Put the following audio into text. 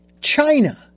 China